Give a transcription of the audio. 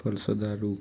ପ୍ରଷଦାରୁ